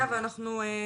אין